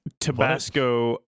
Tabasco